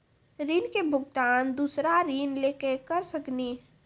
ऋण के भुगतान दूसरा ऋण लेके करऽ सकनी?